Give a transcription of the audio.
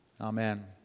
Amen